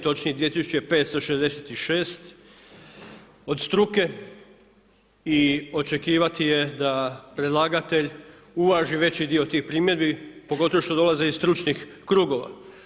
Točnije 2566 od struke i očekivati je da predlagatelj uvaži veći dio tih primjedbi pogotovo što dolaze iz stručnih krugova.